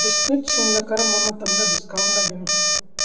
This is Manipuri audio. ꯕꯤꯁꯀ꯭ꯋꯤꯠꯁꯤꯡꯗ ꯀꯔꯝ ꯃꯇꯝꯗ ꯗꯤꯁꯀꯥꯎꯟ ꯂꯩꯒꯅꯤ